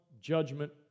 judgment